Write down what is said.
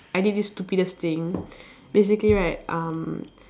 I did this stupidest thing basically right um